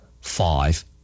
Five